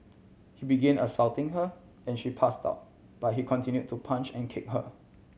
he begin assaulting her and she passed out but he continue to punch and kick her